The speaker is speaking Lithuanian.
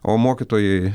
o mokytojai